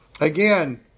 Again